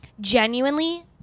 genuinely